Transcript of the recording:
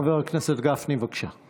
חבר הכנסת גפני, בבקשה.